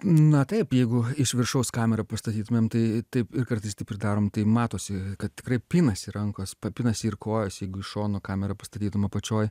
na taip jeigu iš viršaus kamerą pastatytumėm tai taip ir kartais taip ir darom tai matosi kad tikrai pinasi rankos pinasi ir kojos jeigu iš šonų kamerą pastatytum apačioj